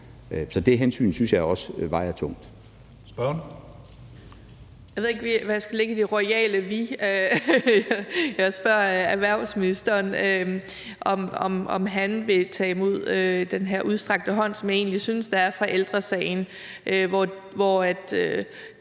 Lisbeth Bech-Nielsen (SF): Jeg ved ikke, hvad jeg skal lægge i det royale »vi«. Jeg spørger erhvervsministeren, om han vil tage imod den her udstrakte hånd, som jeg egentlig synes der er fra Ældre Sagen, hvor de